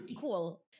cool